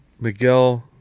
Miguel